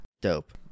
Dope